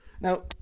Now